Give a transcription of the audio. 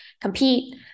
compete